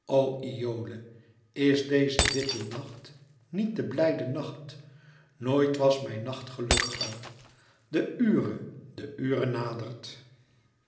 o iole is deze witte nacht niet de blijde nacht nooit was mij nacht gelukkiger de ure de ure nadert